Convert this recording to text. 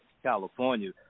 California